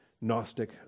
Gnostic